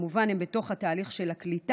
וכמובן שהם בתוך תהליך הקליטה.